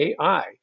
AI